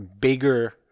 bigger